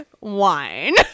Wine